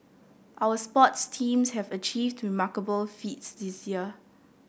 our sports teams have achieved remarkable feats this year